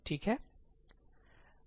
ठीक है